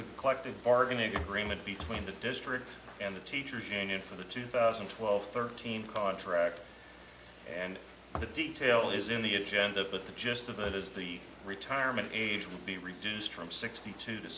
the collective bargaining agreement between the district and the teachers union for the two thousand and twelve thirteen car track and the detail is in the agenda but the gist of it is the retirement age will be reduced from sixty to